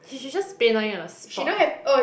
she should just paynow you on the spot